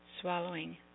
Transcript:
Swallowing